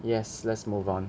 yes let's move on